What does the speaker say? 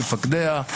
מפקדיה,